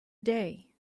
day